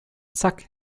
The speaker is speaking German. zack